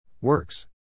Works